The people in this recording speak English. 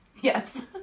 Yes